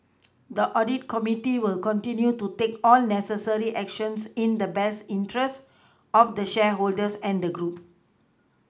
the audit committee will continue to take all necessary actions in the best interests of the shareholders and the group